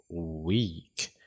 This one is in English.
week